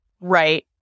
Right